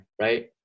right